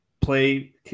play